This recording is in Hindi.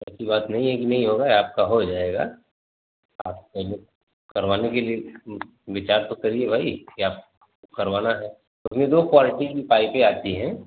ऐसी बात नहीं है कि नहीं होगा आपका हो जाएगा आप पहले करवाने के लिए विचार तो करिए भाई कि आप करवाना है उसमें दो क्वॉलिटी भी पाइपें आती हैं